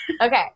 Okay